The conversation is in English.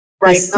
Right